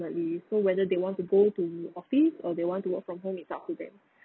like we so whether they want to going to office or they want to work from home it's up to them